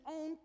own